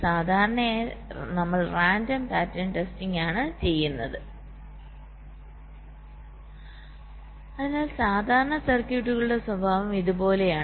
സാധാരണയായി നമ്മൾ random pattern testing ആണ് ചെയ്യുന്നത് അതിനാൽ സാധാരണ സർക്യൂട്ടുകളുടെ സ്വഭാവം ഇതുപോലെയാണ്